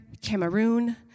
Cameroon